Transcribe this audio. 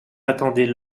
attendaient